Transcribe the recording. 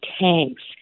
tanks